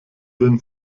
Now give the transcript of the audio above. win